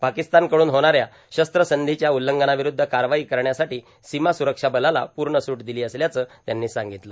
पर्याकस्तानकडून होणाऱ्या शस्त्रसंधीच्या उल्लंघनाावरुद्ध कारवाई करण्यासाठी सीमा स्रक्षा बलाला पूण सूट र्दला असल्याचं त्यांनी सांगगतलं